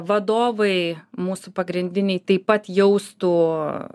vadovai mūsų pagrindiniai taip pat jaustų